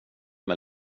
med